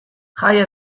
jaia